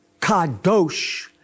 Kadosh